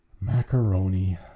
Macaroni